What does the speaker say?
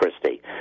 Christie